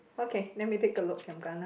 okay let me take a look giam kana